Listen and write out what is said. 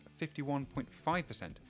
51.5%